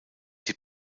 die